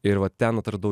ir va ten atradau